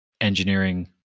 engineering